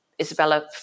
Isabella